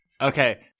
Okay